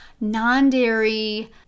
non-dairy